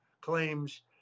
claims